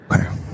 Okay